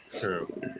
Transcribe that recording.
True